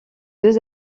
deux